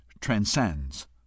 transcends